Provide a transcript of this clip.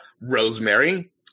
Rosemary